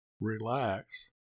Relax